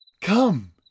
Come